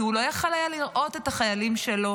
כי הוא לא יכול היה לראות את החיילים שלו